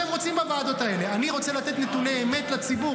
נתוני צפייה.